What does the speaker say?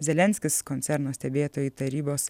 zelenskis koncerno stebėtojų tarybos